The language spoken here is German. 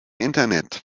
internet